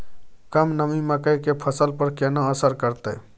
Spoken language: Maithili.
कम नमी मकई के फसल पर केना असर करतय?